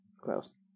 Gross